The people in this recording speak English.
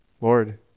Lord